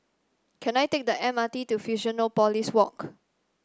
can I take the M R T to Fusionopolis Walk